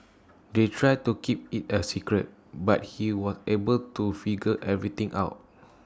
they tried to keep IT A secret but he was able to figure everything out